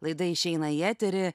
laida išeina į eterį